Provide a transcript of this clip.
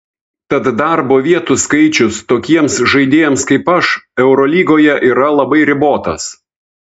tad darbo vietų skaičius tokiems žaidėjams kaip aš eurolygoje yra labai ribotas